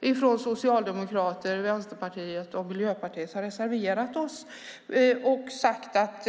Vi från Socialdemokraterna, Vänsterpartiet och Miljöpartiet har reserverat oss och sagt att